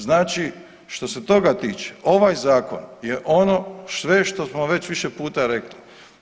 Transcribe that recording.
Znači što se toga tiče, ovaj Zakon je ono sve što smo već više puta rekli.